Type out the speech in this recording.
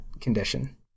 condition